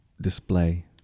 display